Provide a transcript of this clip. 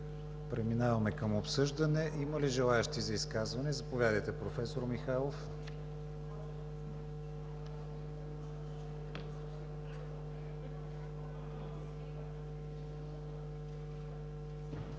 Преминаваме към обсъждане. Има ли желаещи за изказване? Заповядайте, професор Михайлов.